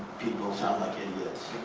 people sound like idiots.